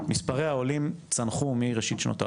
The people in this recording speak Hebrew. מספרי העולים צנחו מראשית שנות האלפיים,